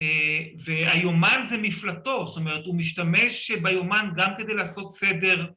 ‫והיומן זה מפלתו, זאת אומרת, ‫הוא משתמש ביומן גם כדי לעשות סדר.